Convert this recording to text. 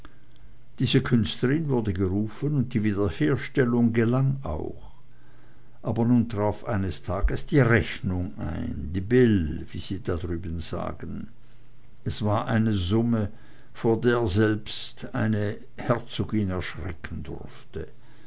diese künstlerin wurde gerufen und die wiederherstellung gelang auch aber nun traf eines tages die rechnung ein die bill wie sie da drüben sagen es war eine summe vor der selbst eine herzogin erschrecken durfte